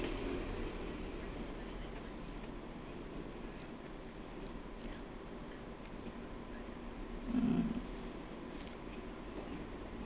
mm